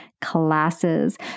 classes